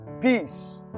peace